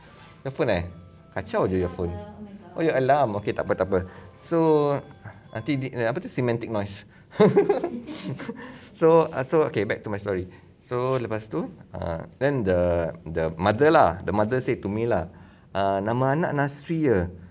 your phone ah kacau jer your phone oh your alarm okay tak apa tak apa so apa tu semantic noise so ah so okay back to my story so lepas tu ah then the the mother lah the mother said to me lah ah nama anak nasri ya